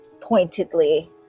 pointedly